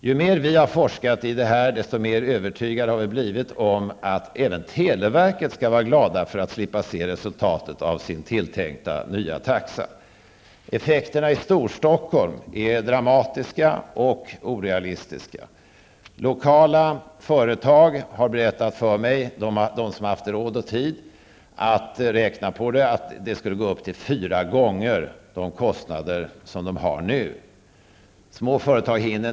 Ju mer vi har forskat i detta, desto mer övertygade har vi blivit om att även televerket skall vara glad för att slippa se resultatet av sin tilltänkta nya taxa. Effekterna i Storstockholm är dramatiska och orealistiska. Från lokala företag har man -- om man har haft råd och tid att räkna på det här -- berättat för mig att de nuvarande kostnaderna skulle gå upp fyra gånger.